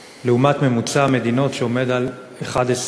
לעומת ממוצע המדינות שעומד על 11%